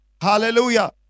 Hallelujah